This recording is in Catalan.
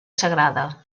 sagrada